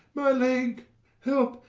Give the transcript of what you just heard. my leg help,